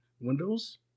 windows